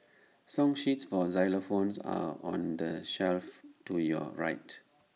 song sheets for xylophones are on the shelf to your right